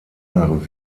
nach